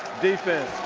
defense.